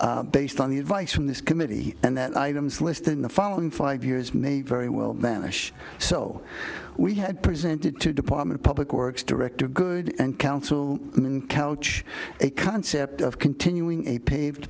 based on the advice from this committee and that items listed in the following five years may very well vanish so we had presented to department public works director good and counsel and couch a concept of continuing a paved